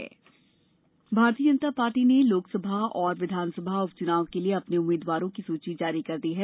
भाजपा उपचुनाव सूची भारतीय जनता पार्टी ने लोकसभा और विधानसभा उपचुनाव के लिए अपने उम्मीदवारों की सूची जारी कर दी है